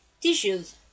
tissues